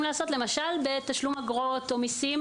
לעשות למשל בתשלום אגרות או מיסים.